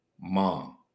mom